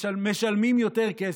משלמים יותר כסף.